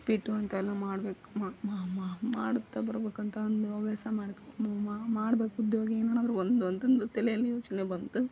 ಉಪ್ಪಿಟ್ಟು ಅಂತ ಎಲ್ಲ ಮಾಡ್ಬೇಕು ಮಾಡುತ್ತಾ ಬರಬೇಕಂತ ಅಂದು ಹವ್ಯಾಸ ಮಾಡಿಕೊಂಡು ಮಾಡ್ಬೇಕು ಉದ್ಯೋಗ ಏನಾದರೂ ಒಂದು ಅಂತಂದು ತಲೆಯಲ್ಲಿ ಯೋಚನೆ ಬಂತು